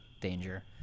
danger